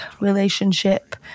relationship